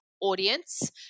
audience